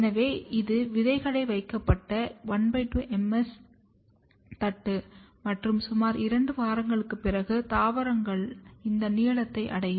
எனவே இது விதைகள் வைக்கப்பட்ட 12 MS தட்டு மற்றும் சுமார் 2 வாரங்களுக்குப் பிறகு தாவரங்கள் இந்த நீளத்தை அடையும்